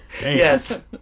yes